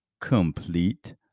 Complete